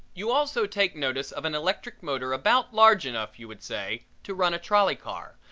you also take notice of an electric motor about large enough, you would say, to run a trolley car,